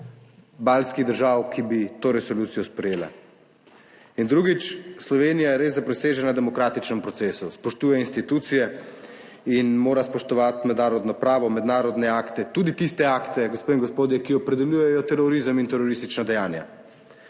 baltskih držav, ki bi to resolucijo sprejela. In drugič. Slovenija je res zaprisežena v demokratičnem procesu, spoštuje institucije in mora spoštovati mednarodno pravo, mednarodne akte, tudi tiste akte, gospe in gospodje, ki opredeljujejo terorizem in teroristična dejanja.